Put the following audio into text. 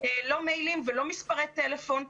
מיילים ולא מספרי טלפון,